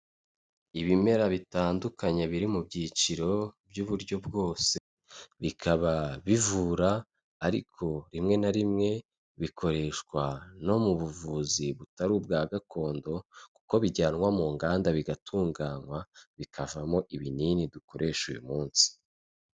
Ibimera bitandukanye biri mu byiciro by'uburyo bwose, bikaba bivura ariko rimwe na rimwe bikoreshwa no mu buvuzi butari ubwa gakondo, kuko bijyanwa mu nganda bigatunganywa bikavamo ibinini dukoresha uyu munsi.